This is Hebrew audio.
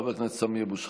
חבר הכנסת סמי אבו שחאדה,